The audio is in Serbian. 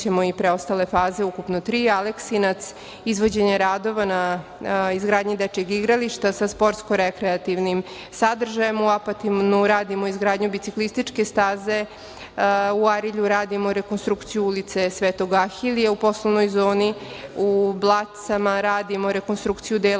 i preostale faze, ukupno tri. Aleksinac izvođenje radova na izgradnji dečijeg igrališta sa sportsko-rekreativnim sadržajem, u Apatinu radimo izgradnju biciklističke staze, u Arilju radimo rekonstrukciju ulice Svetog Ahilija u poslovnoj zoni, u Blacu radimo rekonstrukciju dela